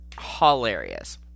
hilarious